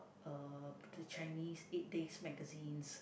uh the Chinese eight days magazines